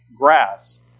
grass